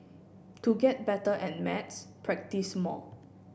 to get better at maths practise more